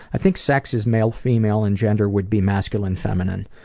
i think sex is male female and gender would be masculine feminine.